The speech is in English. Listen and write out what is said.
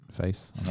face